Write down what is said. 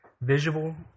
visual